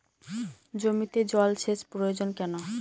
জমিতে জল সেচ প্রয়োজন কেন?